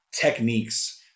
techniques